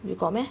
we got meh